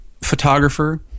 photographer